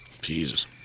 Jesus